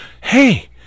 hey